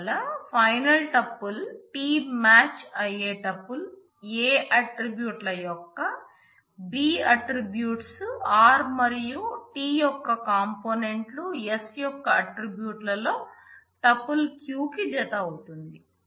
అందువల్ల final tuple t match అయ్యే tuple a attribute ల యొక్క b ఆట్రిబ్యూట్స్ r మరియు t యొక్క కాంపోనెంట్ లు s యొక్క ఆట్రిబ్యూట్ ల్లో tuple qకు జత అవుతుంది